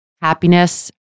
happiness